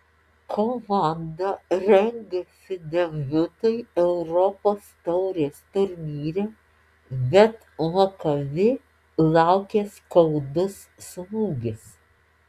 komanda rengėsi debiutui europos taurės turnyre bet makabi laukė skaudus smūgis